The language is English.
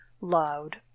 Loud